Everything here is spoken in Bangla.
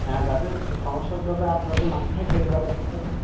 হ্যাঁ যাতে একটু সমস্যার যাতে আর যাতে না হয় সেইর ব্যবস্থা করে